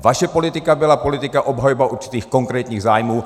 Vaše politika byla politika obhajoby určitých konkrétních zájmů.